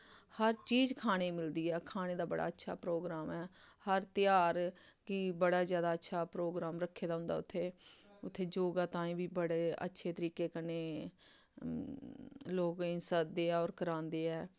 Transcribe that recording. हर चीज खाने ई मिलदी ऐ खाने दा बड़ा अच्छा प्रोग्राम ऐ हर तेहार की बड़ा जैदा अच्छा प्रोग्राम रक्खे दा होंदा उत्थै उत्थै योगा ताईं बी बड़े अच्छे तरीके कन्नै लोकें गी सददे ऐ होर करांदे ऐ